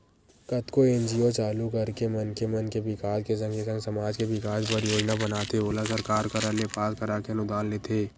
कतको एन.जी.ओ चालू करके मनखे मन के बिकास के संगे संग समाज के बिकास बर योजना बनाथे ओला सरकार करा ले पास कराके अनुदान लेथे